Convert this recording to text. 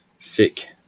thick